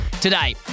Today